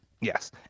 Yes